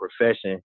profession